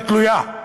היא תלויה.